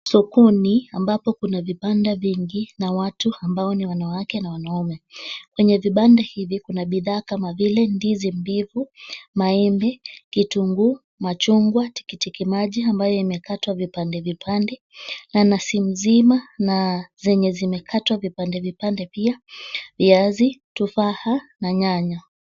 Sokoni ambapo kuna vibanda vingi, na watu ambao ni wanawake na wanaume kwenye vibanda hivi, kuna bidhaa kama vile ndizi mbivu, maembe , vitunguu, machungwa, tikitikimaji ambayo imekata vipande vipande, nanasi nzima na zenye zimekatwa vipande vipande pia, viazi, tufaha na nyanya.